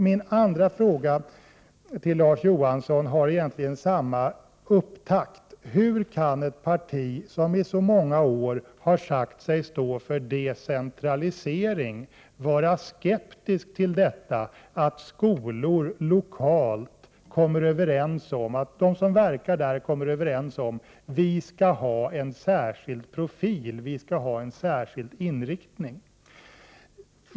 Min andra fråga till Larz Johansson har egentligen samma upptakt: Hur kan ett parti som i så många år har sagt sig stå för decentralisering vara skeptiskt till detta att skolor lokalt och de som verkar där kommer överens om att de skall ha en särskild profil, en särskild inriktning?